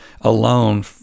alone